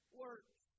works